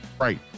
Right